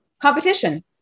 competition